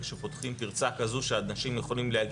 שפותחים פרצה כזו שאנשים יכולים להגיע